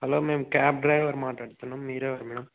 hello మేము cab driver మాట్లాడుతున్నాం మీరేవరు మేడం